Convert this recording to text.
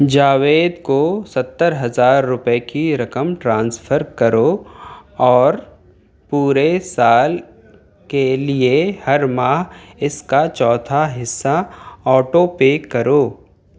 جاوید کو ستر ہزار روپے کی رقم ٹرانسفر کرو اور پورے سال کے لیے ہر ماہ اس کا چوتھا حصہ آٹو پے کرو